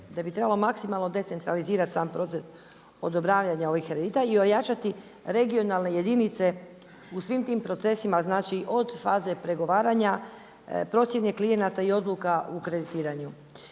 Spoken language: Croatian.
da bi trebalo maksimalno decentralizirati sam proces odobravanja ovih kredita i ojačati regionalne jedinice u svim tim procesima od faze pregovaranja, procjene klijenata i odluka u kreditiranju.